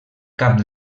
cap